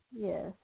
Yes